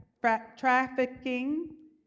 trafficking